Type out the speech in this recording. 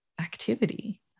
activity